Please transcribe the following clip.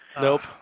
nope